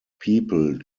people